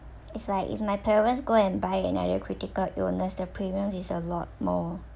it's like if my parents go and buy another critical illness their premiums is a lot more